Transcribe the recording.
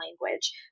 language